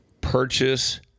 purchase